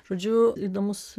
žodžiu įdomus